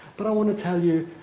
but i want to tell you